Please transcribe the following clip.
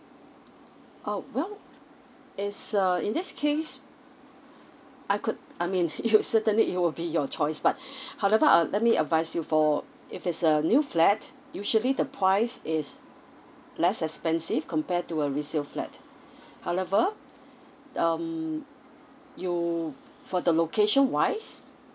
oh well it's uh in this case I could I mean it would it will certainly it will be your choice but however I'll let me advise you for if it's a new flat usually the price is less expensive compared to a resale flat however um you for the location wise